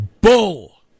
Bull